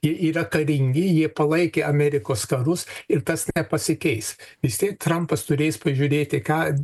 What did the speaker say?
jie yra karingi jie palaikė amerikos karus ir tas nepasikeis vis tiek trampas turės prižiūrėti ką